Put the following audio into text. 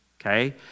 Okay